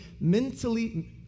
mentally